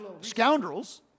scoundrels